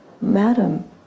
Madam